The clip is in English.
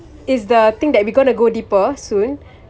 is the thing that we're gonna go deeper soon